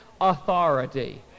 authority